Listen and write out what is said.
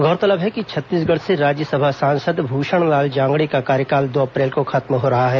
गौरतलब है कि छत्तीसगढ़ से राज्यसभा सांसद भूषणलाल जांगड़े का कार्यकाल दो अप्रैल को खत्म हो रहा है